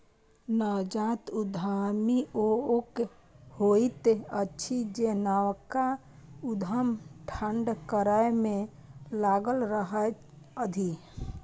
नवजात उद्यमी ओ लोक होइत अछि जे नवका उद्यम ठाढ़ करै मे लागल रहैत अछि